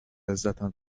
عزتم